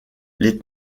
les